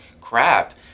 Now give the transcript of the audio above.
crap